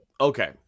Okay